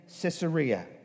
Caesarea